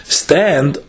stand